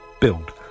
build